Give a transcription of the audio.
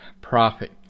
prophet